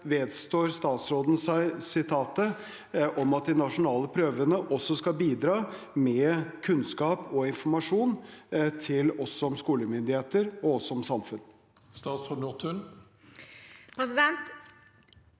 Vedstår statsråden seg sitatet om at de nasjonale prøvene også skal bidra med kunnskap og informasjon til oss som skolemyndigheter, og oss